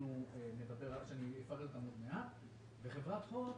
בנוגע לחברת הוט,